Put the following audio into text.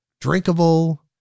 drinkable